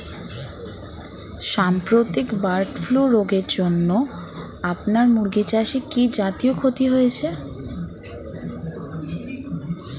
সাম্প্রতিক bird flu রোগের জন্য আপনার মুরগি চাষে কি জাতীয় ক্ষতি হয়েছে?